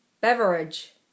Beverage